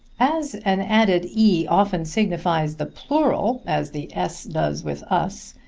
as an added e often signifies the plural, as the s does with us,